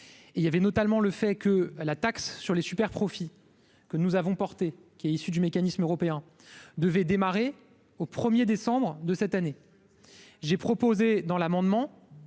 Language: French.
il y avait notamment le fait que la taxe sur les superprofits que nous avons porté qui est issu du mécanisme européen devait démarrer au 1er décembre de cette année, j'ai proposé dans l'amendement